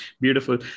Beautiful